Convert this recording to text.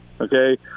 Okay